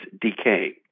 decay